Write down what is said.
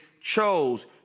chose